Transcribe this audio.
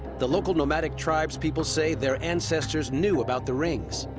the local nomadic tribespeople say their ancestors knew about the rings.